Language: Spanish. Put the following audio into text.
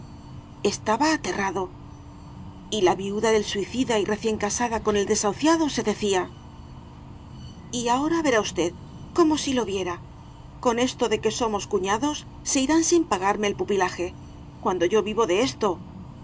estaba aterrado y la viuda del suicida y recién casada con el desahuciado se decía y ahora verá usted como si lo viera con esto de que somos cuñados se irán sin pagarme el pupilaje cuando yo vivo de esto